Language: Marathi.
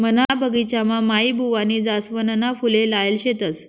मना बगिचामा माईबुवानी जासवनना फुले लायेल शेतस